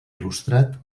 il·lustrat